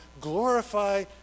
glorify